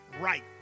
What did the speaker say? right